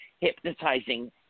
hypnotizing